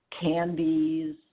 candies